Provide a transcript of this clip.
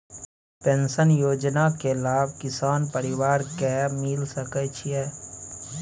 Pension योजना के लाभ किसान परिवार के मिल सके छिए?